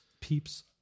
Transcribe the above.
peeps